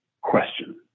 question